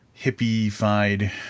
hippie-fied